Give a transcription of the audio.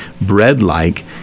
bread-like